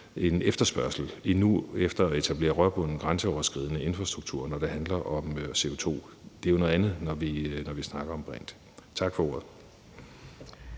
en efterspørgsel efter at etablere grænseoverskridende rørbunden infrastruktur, når det handler om CO2. Det er jo noget andet, når vi snakker om brint. Tak for ordet.